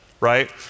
right